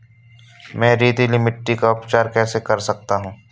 मैं रेतीली मिट्टी का उपचार कैसे कर सकता हूँ?